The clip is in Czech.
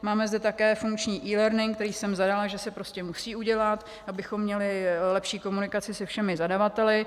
Máme zde taky funkční elearning, který jsem zadala, že se prostě musí udělat, abychom měli lepší komunikaci se všemi zadavateli.